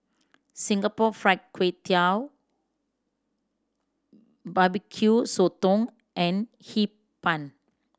Singapore Fried Kway Tiao Barbecue Sotong and Hee Pan